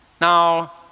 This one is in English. Now